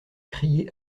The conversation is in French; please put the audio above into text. crier